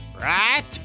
Right